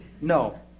No